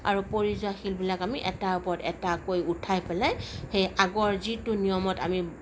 আৰু পৰি যোৱা শিলবিলাক আমি এটাৰ ওপৰত এটাকৈ উঠাই পেলাই সেই আগৰ যিটো নিয়মত আমি